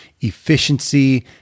efficiency